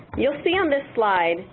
you'll see on this slide,